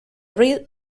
reed